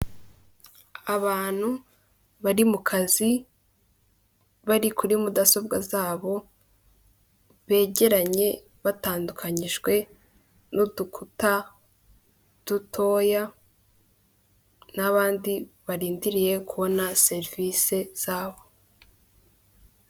Abantu bari mu kazi bari kuri mudasobwa zabo, begeranye batandukanyijwe n'udukuta dutoya n'abandi barindiriye kubona serivisi zabo.